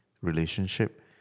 relationship